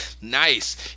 Nice